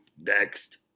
next